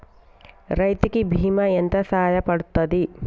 రైతు కి బీమా ఎంత సాయపడ్తది?